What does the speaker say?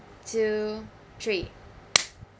two three